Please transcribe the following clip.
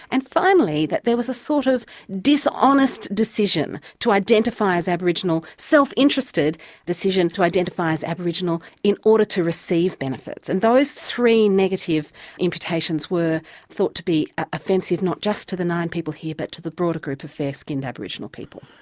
and finally, that there was a sort of dishonest decision to identify as aboriginal, so self-interested decision to identify as aboriginal in order to receive benefits. and those three negative imputations were thought to be offensive not just to the nine people here but to the broader group of fair-skinned aboriginal people.